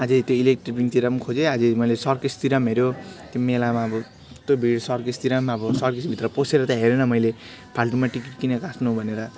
अझै त्यो इलेक्ट्रिक पिङतिर पनि खोजेँ अझै मैले सर्कसतिर पनि हेर्यो त्यो मेलामा अब यस्तो भिड सर्कसतिर पनि अब सर्कसभित्र पसेर त हेरिनँ मैले फाल्टुमा टिकट किन काट्नु भनेर